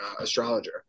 astrologer